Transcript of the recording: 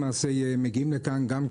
למעשה, אנחנו מגיעים לכאן גם לנסות,